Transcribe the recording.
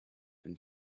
and